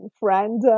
friend